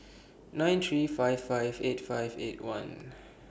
nine three five five eight five eight one